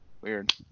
Weird